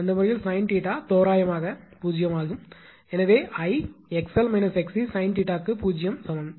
அந்த வழக்கில் sin 𝜃 தோராயமாக 0 ஆகிறது எனவே 𝐼 𝑥𝑙 𝑥𝑐 sin 𝜃 க்கு 0 சமம்